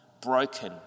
broken